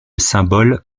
symboles